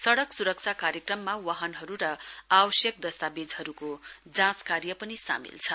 सडक सुरक्षा कार्यक्रममा वाहनहरू र आवश्यक दस्तावेजहरूको जांचकार्य पनि सामेल छ